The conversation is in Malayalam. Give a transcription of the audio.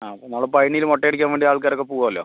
ആ എന്നാലും പഴനിയിൽ മൊട്ട അടിക്കാൻ വേണ്ടി ആൾക്കാരൊക്കെ പോകുമല്ലൊ